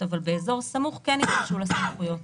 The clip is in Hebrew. אבל באזור סמוך כן יידרשו לה סמכויות.